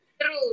True